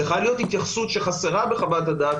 צריכה להיות התייחסות שחסרה בחוות הדעת